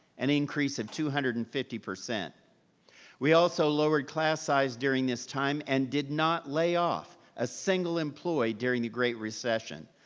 an increase of two hundred and fifty. we also lowered class size during this time and did not lay off a single employee during the great recession,